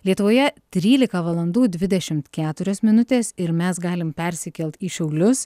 lietuvoje trylika valandų dvidešimt keturios minutės ir mes galim persikelt į šiaulius